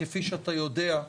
כפי שאתה יודע,